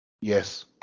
Yes